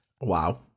Wow